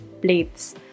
plates